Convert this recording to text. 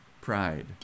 pride